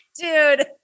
Dude